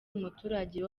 umuturage